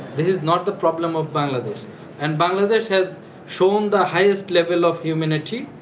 this is not the problem of bangladesh and bangladesh has shown the highest level of humanity